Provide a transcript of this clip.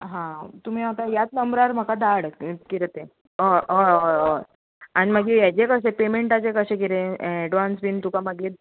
हा तुमी म्हाका ह्यात नंबरार म्हाका धाड किदें तें हय हय हय आनी मागीर हेजे कशें पेमेंटाचें कशें किदें एडवांस बीन तुका मागीर